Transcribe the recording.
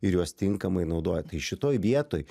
ir juos tinkamai naudoja tai šitoj vietoj